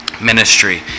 ministry